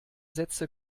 sätze